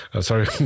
Sorry